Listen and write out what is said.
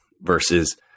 versus